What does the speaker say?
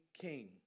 king